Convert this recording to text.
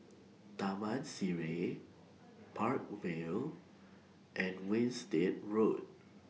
Taman Sireh Park Vale and Winstedt Road